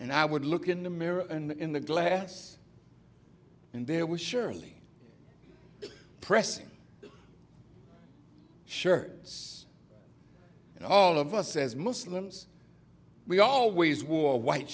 and i would look in the mirror and in the glass and there was surely pressing shirts all of us as muslims we always wore white